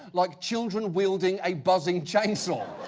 like children wielding a buzzing chainsaw.